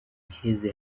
iheze